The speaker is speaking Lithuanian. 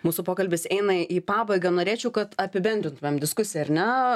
mūsų pokalbis eina į pabaigą norėčiau kad apibendrintumėm diskusiją ar ne